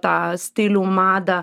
tą stilių madą